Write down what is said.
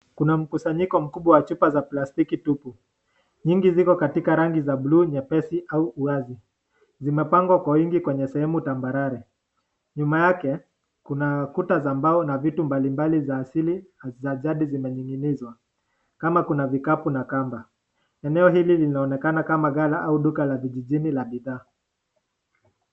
Kuna mkusanyiko mkubwa wa chupa za plastiki tupu. Nyingi ziko katika rangi za buluu nyepesi au uwazi, zimepangwa kwa wingi katika sehemu tambarare. Nyuma yake, kuna kuta za mbao na vitu mbali mbali za asili na zajadi zimening'inizwa kama kuna vikapu na kamba. Eneo hili linaonekana kama ghala au duka la vijijini la bidha.